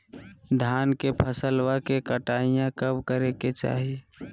धान के फसलवा के कटाईया कब करे के चाही?